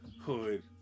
hood